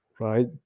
right